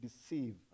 deceive